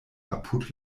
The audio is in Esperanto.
apud